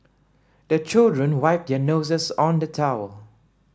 the children wipe their noses on the towel